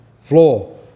floor